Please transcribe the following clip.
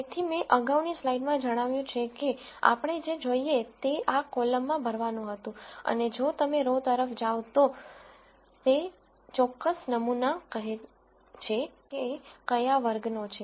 તેથી મેં અગાઉની સ્લાઈડમાં જણાવ્યું છે કે આપણે જે જોઈએ તે આ કોલમમાં ભરવાનું હતું અને જો તમે રો તરફ જાઓ છો તો તે ચોક્કસ નમૂના કહે છે કે કયા વર્ગનો છે